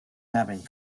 having